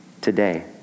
Today